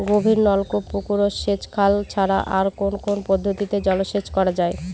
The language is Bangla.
গভীরনলকূপ পুকুর ও সেচখাল ছাড়া আর কোন কোন পদ্ধতিতে জলসেচ করা যায়?